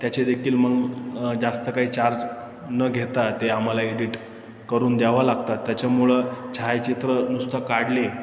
त्याचे देखील मग जास्त काही चार्ज न घेता ते आम्हाला एडिट करून द्यावं लागतात त्याच्यामुळं छायाचित्र नुसतं काढले